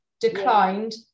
declined